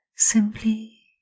Simply